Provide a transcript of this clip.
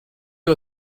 you